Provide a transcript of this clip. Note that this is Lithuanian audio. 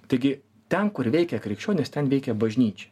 taigi ten kur veikia krikščionys ten veikia bažnyčia